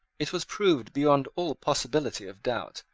it was proved, beyond all possibility of doubt,